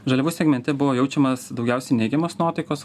žaliavų segmente buvo jaučiamas daugiausiai neigiamos nuotaikos